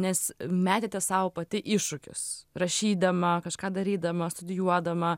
nes metėte sau pati iššūkius rašydama kažką darydama studijuodama